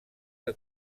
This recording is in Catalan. que